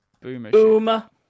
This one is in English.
Boomer